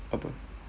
apa